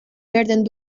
werden